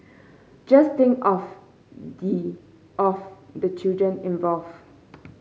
just think of the of the children involved